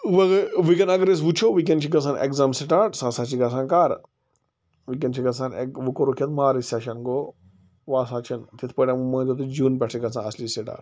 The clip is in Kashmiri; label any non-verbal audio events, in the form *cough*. *unintelligible* وُنٛکیٚن اگر أسۍ وُچھو وُنٛکیٚن چھِ گژھان ایٚگزام سِٹارٹ سُہ ہَسا چھِ گژھان کَر ونٛکیٚن چھِ گژھان ایٚگ وۄنۍ کوٚرکھ یَتھ مارچ سیٚشَن گوٚو وۄنۍ ہسا چھِنہٕ تتھ پٲٹھۍ مٲنۍ تو تُہۍ جوٗن پٮ۪ٹھ چھِ گژھان اَصلی سِٹارٹ